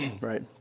right